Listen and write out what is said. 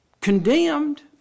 condemned